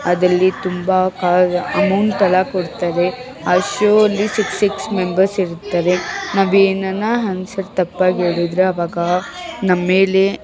ಅದಲ್ಲಿ ತುಂಬ ಅಮೌಂಟ್ ಎಲ್ಲ ಕೊಡ್ತಾರೆ ಆ ಶೋ ಅಲ್ಲಿ ಸಿಕ್ಸ್ ಸಿಕ್ಸ್ ಮೆಂಬರ್ಸ್ ಇರ್ತಾರೆ ನಾವೇನನ ಹ್ಯಾನ್ಸರ್ ತಪ್ಪಾಗಿ ಹೇಳುದ್ರೆ ಅವಾಗ ನಮ್ಮೇಲೆ